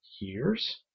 years